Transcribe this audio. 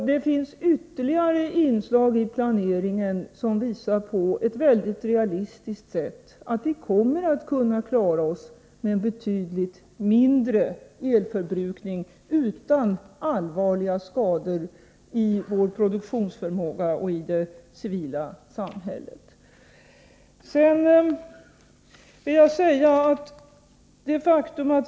Det finns ytterligare inslag i planeringen som på ett mycket realistiskt sätt visar att vi kommer att kunna klara oss med en betydligt mindre elförbrukning, utan att allvarliga skador uppstår i produktionen eller i det civila samhället.